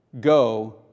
Go